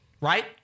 right